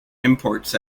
imports